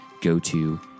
go-to